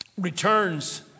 returns